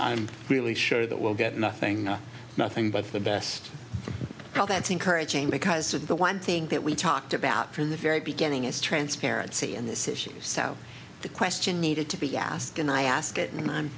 i'm really sure that will get nothing nothing but the best all that's encouraging because of the one thing that we talked about from the very beginning is transparency in this issue so the question needed to be asked and i ask it and i'm